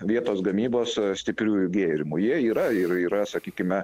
vietos gamybos stipriųjų gėrimų jie yra ir yra sakykime